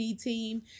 team